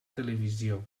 televisió